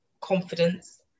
confidence